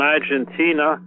Argentina